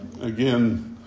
again